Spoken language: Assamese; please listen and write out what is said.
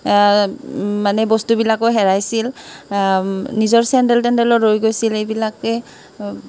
মানে বস্তুবিলাকো হেৰাইছিল নিজৰ ছেণ্ডেল তেণ্ডেলো ৰৈ গৈছিল এইবিলাকেই